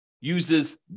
uses